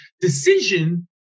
decision